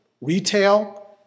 Retail